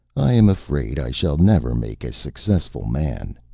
i am afraid i shall never make a successful man.